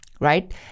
Right